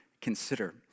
consider